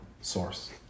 source